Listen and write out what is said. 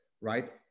right